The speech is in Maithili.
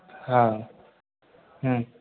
हँ ह्म्म